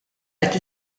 qed